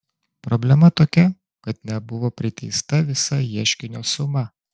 problema tokia kad nebuvo priteista visa ieškinio suma